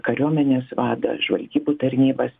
kariuomenės vadą žvalgybų tarnybas